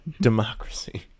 democracy